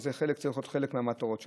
שזה צריך להיות חלק מהמטרות שלנו.